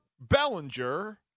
Bellinger